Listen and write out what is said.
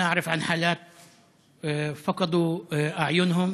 אני יודע על מקרים של ילדים שאיבדו את עיניהם